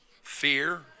fear